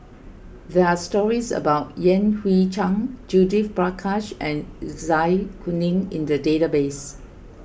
there are stories about Yan Hui Chang Judith Prakash and Zai Kuning in the database